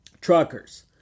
truckers